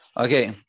Okay